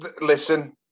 listen